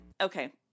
okay